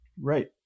Right